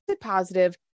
positive